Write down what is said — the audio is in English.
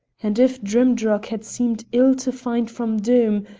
and if drimdarroch had seemed ill to find from doom,